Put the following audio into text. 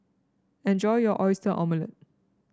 enjoy your Oyster Omelette